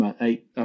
eight